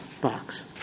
box